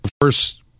First